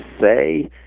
say